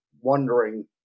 wondering